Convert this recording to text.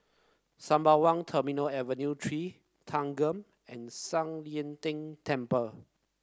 Sembawang Terminal Avenue Three Thanggam and San Yin Ding Temple